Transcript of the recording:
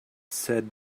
said